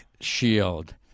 shield